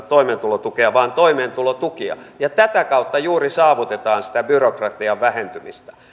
toimeentulotukea vaan toimeentulotukia ja tätä kautta juuri saavutetaan sitä byrokratian vähentymistä